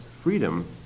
freedom